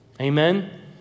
Amen